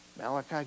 Malachi